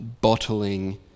bottling